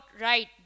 right